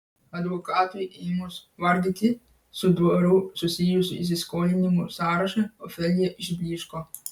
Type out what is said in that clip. advokatui ėmus vardyti su dvaru susijusių įsiskolinimų sąrašą ofelija išblyško